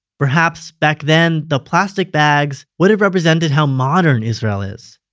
perhaps back then, the plastic bags would have represented how modern israel is.